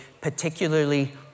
particularly